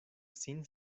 sin